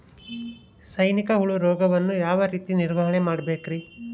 ಸೈನಿಕ ಹುಳು ರೋಗವನ್ನು ಯಾವ ರೇತಿ ನಿರ್ವಹಣೆ ಮಾಡಬೇಕ್ರಿ?